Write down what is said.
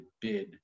bid